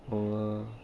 oh